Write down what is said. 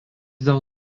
dėl